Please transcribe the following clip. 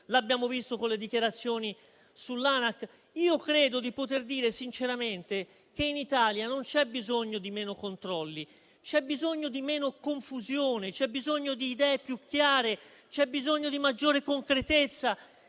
l'abbiamo visto con le dichiarazioni sull'ANAC. Credo di poter dire sinceramente che in Italia non c'è bisogno di meno controlli, ma c'è bisogno di meno confusione, di idee più chiare e di maggiore concretezza.